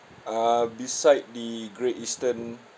err beside the great eastern